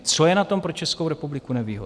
Co je na tom pro Českou republiku nevýhodné?